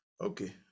Okay